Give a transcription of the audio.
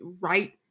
right